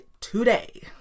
today